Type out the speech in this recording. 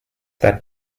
that